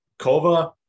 Kova